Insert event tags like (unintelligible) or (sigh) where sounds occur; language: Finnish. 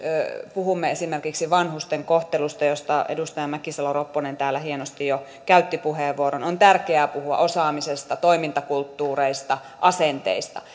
puhumme esimerkiksi vanhusten kohtelusta josta edustaja mäkisalo ropponen täällä hienosti jo käytti puheenvuoron on tärkeää puhua osaamisesta toimintakulttuureista ja asenteista (unintelligible)